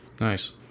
Nice